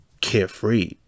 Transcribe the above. carefree